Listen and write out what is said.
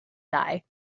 die